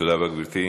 תודה רבה, גברתי.